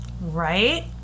Right